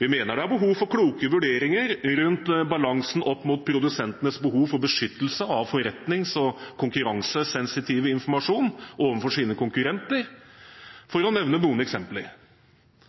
Vi mener det er behov for kloke vurderinger rundt balansen når det gjelder produsentenes behov for beskyttelse av forretnings- og konkurransesensitiv informasjon overfor sine konkurrenter, for å nevne noen eksempler.